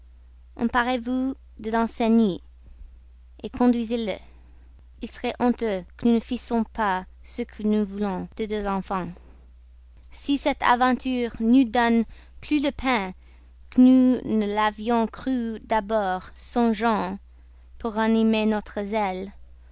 vicomte emparez vous de danceny conduisez-le il serait honteux que nous ne fissions pas ce que nous voulons de deux enfants si cette aventure nous donne plus de peine que nous ne l'avions cru d'abord songeons pour ranimer notre zèle